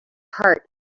heart